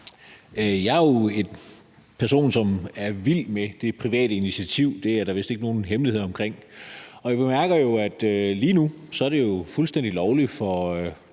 Jeg er jo en person, som er vild med det private initiativ. Det er vist ikke nogen hemmelighed. Jeg bemærker jo, at lige nu er det fuldstændig lovligt for